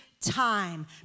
time